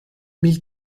mille